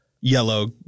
yellow